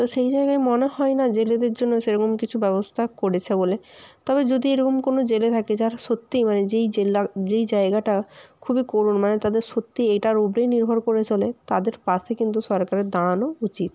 তো সেই জায়গায় মনে হয় না জেলেদের জন্য সেইরকম কিছু ব্যবস্থা করেছে বলে তবে যদি এরকম কোনও জেলে থাকে যারা সত্যি মানে যেই জেলা যেই জায়গাটা খুবই করুণ মানে তাদের সত্যি এটার উপরেই নির্ভর করে চলে তাদের পাশে কিন্তু সরকারের দাঁড়ানো উচিত